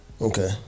Okay